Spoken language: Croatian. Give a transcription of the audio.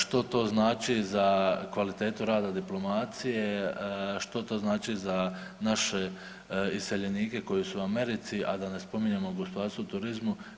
Što to znači za kvalitetu rada diplomacije, što to znači za naše iseljenike koji su u Americi, a da ne spominjemo gospodarstvo u turizmu?